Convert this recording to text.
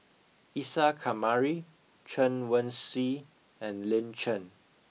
Isa Kamari Chen Wen Hsi and Lin Chen